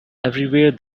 everywhere